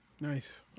Nice